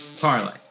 parlay